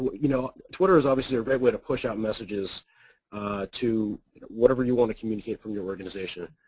but you know, twitter is obviously a great way to push out messages to whatever you want to communicate from your organization.